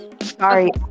Sorry